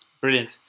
brilliant